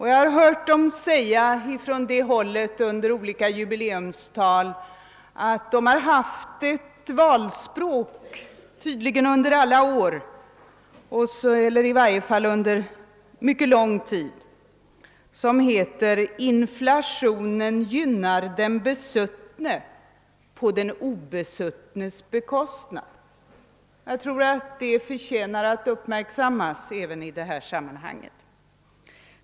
Jag har också från det hållet hört sägas i olika jubileumstal att man — tydligen under mycket lång tid — haft ett valspråk som lyder: Inflationen gynnar de besuttne på den obesuttnes bekostnad. Det är så sant som det är sagt.